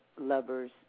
lovers